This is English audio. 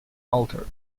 altered